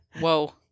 Whoa